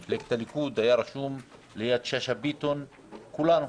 מפלגת הליכוד היה רשום ליד שאשא ביטון כולנו.